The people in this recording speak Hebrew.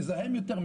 מזהם יותר,